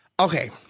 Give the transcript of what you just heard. Okay